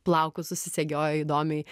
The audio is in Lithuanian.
plaukus susisegioja įdomiai